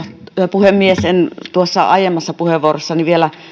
puhemies en tuossa aiemmassa puheenvuorossani vielä